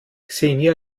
xenia